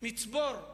מצבור,